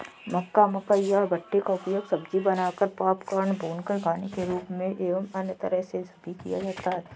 मक्का, मकई या भुट्टे का उपयोग सब्जी बनाकर, पॉपकॉर्न, भूनकर खाने के रूप में एवं अन्य तरह से भी किया जाता है